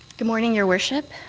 good morning, your worship.